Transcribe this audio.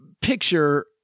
picture